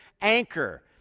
anchor